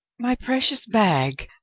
my precious bag!